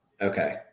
Okay